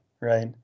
Right